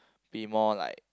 be more like